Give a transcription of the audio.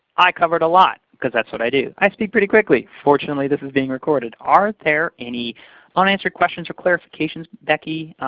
i covered a lot because that's what i do. i speak pretty quickly. fortunately, this is being recorded. are there any unanswered questions or clarifications, becky,